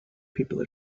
people